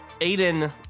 Aiden